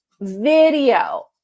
video